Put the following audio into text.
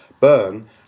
burn